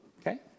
Okay